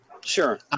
Sure